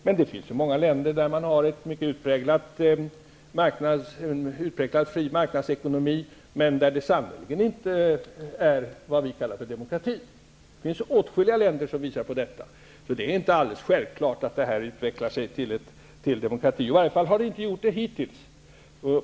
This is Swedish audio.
Men det finns ju många länder där man har en mycket utpräglad fri marknadsekonomi men där det sannerligen inte är vad vi kallar för demokrati. Det finns åtskilliga länder som utgör exempel på detta. Så det är inte alldeles självklart att Vietnam utvecklas till en demokrati. I varje fall har det inte skett hittills.